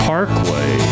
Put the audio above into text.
Parkway